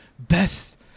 Best